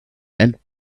and